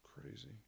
Crazy